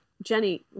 Jenny